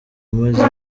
umaze